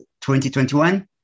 2021